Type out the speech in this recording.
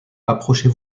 approchez